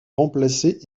remplacée